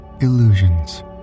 Illusions